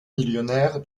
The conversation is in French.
millionnaire